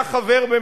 היה חבר,